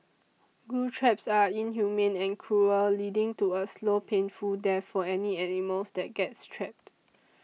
glue traps are inhumane and cruel leading to a slow painful death for any animals that gets trapped